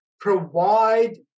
provide